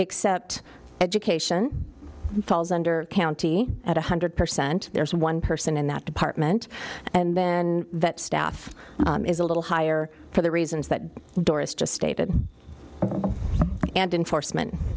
except education falls under county at one hundred percent there's one person in that department and then that staff is a little higher for the reasons that doris just stated and enforcement